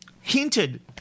hinted